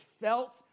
felt